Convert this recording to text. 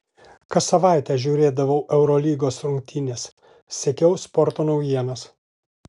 kas savaitę žiūrėdavau eurolygos rungtynes sekiau sporto naujienas